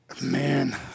man